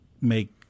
make